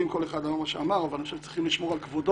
כל אחד אמר מה שאמר אני חושב שצריך לשמור על כבודו,